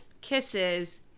Kisses